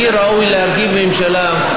מי ראוי להרכיב ממשלה.